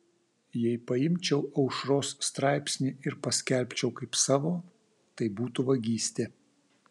jei paimčiau aušros straipsnį ir paskelbčiau kaip savo tai būtų vagystė